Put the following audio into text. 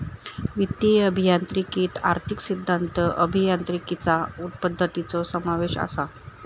वित्तीय अभियांत्रिकीत आर्थिक सिद्धांत, अभियांत्रिकीचा पद्धतींचो समावेश असा